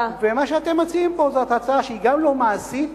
מה שאתם מציעים פה זאת הצעה שהיא גם לא מעשית